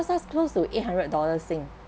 close to eight hundred dollar sin